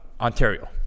Ontario